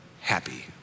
happy